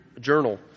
journal